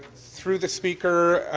through the speaker,